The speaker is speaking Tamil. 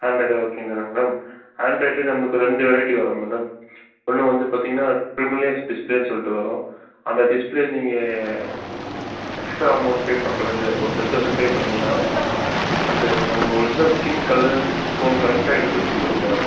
ஆன்ட்ராய்டே ஓகே தானே மேடம் ஆன்ட்ராய்டிலே நம்பளுக்கு ரெண்டு வெரைட்டி வரும் மேடம் ஒன்று வந்து பாத்தீங்கன்னா டிமுலேஸ் டிஸ்பிளேன்னு சொல்லிட்டு வரும் அந்த டிஸ்பிளே நீங்கள் எக்ஸ்ட்ரா அமௌண்ட் பே பண்ணுற வேண்டியதா இருக்கும் டென் தௌசண்ட் பே பண்ணீங்கன்னா அந்த நம்ம ஒரிஜினல் ஸ்கின் கலர் எப்பவும் கரெக்டாக எடுத்துக் கொடுத்துடும் மேடம்